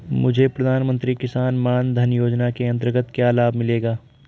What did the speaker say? मुझे प्रधानमंत्री किसान मान धन योजना के अंतर्गत क्या लाभ मिलेगा?